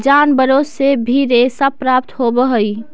जनावारो से भी रेशा प्राप्त होवऽ हई